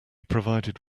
provided